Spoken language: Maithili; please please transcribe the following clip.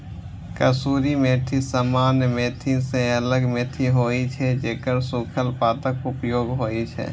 कसूरी मेथी सामान्य मेथी सं अलग मेथी होइ छै, जेकर सूखल पातक उपयोग होइ छै